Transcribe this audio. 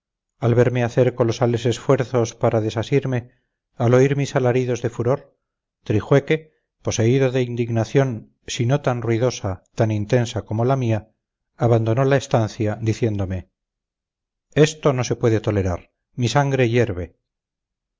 al verme hacer colosales esfuerzos para desasirme al oír mis alaridos de furor trijueque poseído de indignación si no tan ruidosa tan intensa como la mía abandonó la estancia diciéndome esto no se puede tolerar mi sangre hierve